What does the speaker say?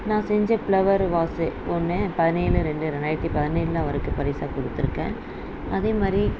நான் செஞ்ச flower vase ஒன்று பதினேழு ரெண்டு ரெண்டாயிரத்து பதினேழுல் அவருக்கு பரிசாக கொடுத்துருக்கன் அதே மாதிரி